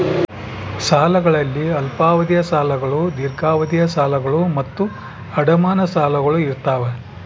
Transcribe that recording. ಸಾಲಗಳಲ್ಲಿ ಅಲ್ಪಾವಧಿಯ ಸಾಲಗಳು ದೀರ್ಘಾವಧಿಯ ಸಾಲಗಳು ಮತ್ತು ಅಡಮಾನ ಸಾಲಗಳು ಇರ್ತಾವ